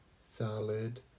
salad